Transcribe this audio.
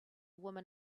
woman